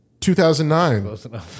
2009